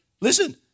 Listen